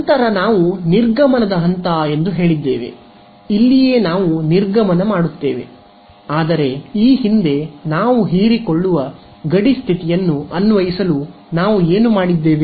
ನಂತರ ನಾವು ನಿರ್ಗಮನದ ಹಂತ ಎಂದು ಹೇಳಿದ್ದೇವೆ ಇಲ್ಲಿಯೇ ನಾವು ನಿರ್ಗಮನ ಮಾಡುತ್ತೇವೆ ಆದರೆ ಈ ಹಿಂದೆ ನಾವು ಹೀರಿಕೊಳ್ಳುವ ಗಡಿ ಸ್ಥಿತಿಯನ್ನು ಅನ್ವಯಿಸಲು ನಾವು ಏನು ಮಾಡಿದ್ದೇವೆ